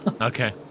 Okay